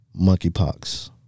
monkeypox